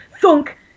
thunk